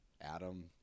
Adam